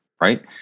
right